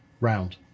round